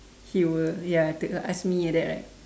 he will ya to ask me like that right